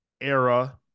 era